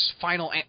final